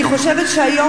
אני חושבת שהיום,